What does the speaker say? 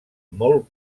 molt